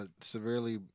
severely